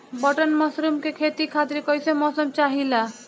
Button mushroom के खेती खातिर कईसे मौसम चाहिला?